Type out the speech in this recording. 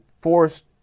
Forced